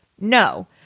No